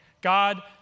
God